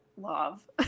love